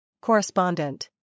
Correspondent